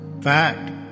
Fact